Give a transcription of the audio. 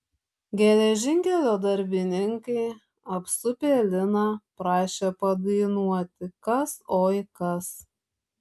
geležinkelio darbininkai apsupę liną prašė padainuoti kas oi kas